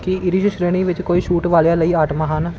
ਕੀ ਇਰੀਜ਼ ਸ਼੍ਰੇਣੀ ਵਿੱਚ ਕੋਈ ਛੂਟ ਵਾਲਿਆਂ ਲਈ ਆਟਮਾਂ ਹਨ